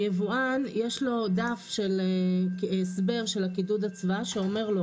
ליבואן יש דף הסבר של קידוד אצווה שאומר לו: